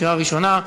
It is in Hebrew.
קריאה ראשונה.